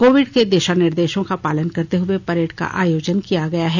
Covid के दिशा निर्देशों का पालन करते हुए परेड का आयोजन किया गया है